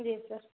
जी sir